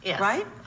right